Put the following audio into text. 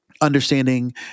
Understanding